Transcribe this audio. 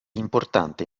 importante